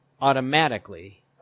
automatically